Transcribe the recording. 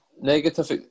negative